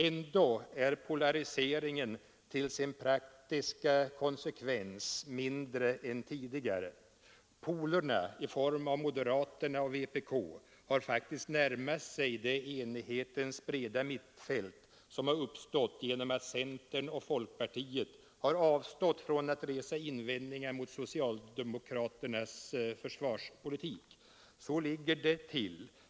Ändå är polariseringen till sina praktiska konsekvenser mindre än tidigare. Polerna, i form av moderaterna och vpk, har faktiskt närmat sig det enighetens breda mittfält som uppstått genom att centern och folkpartiet har avstått från att resa invändningar mot den socialdemokratiska försvarspolitiken. Så ligger det till.